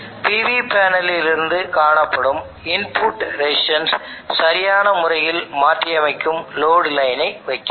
PV பேனலில் இருந்து காணப்படும் இன்புட்ரெசிஸ்டன்ஸ் ஐ சரியான முறையில் மாற்றியமைக்கும் லோடு லைனை வைக்கவும்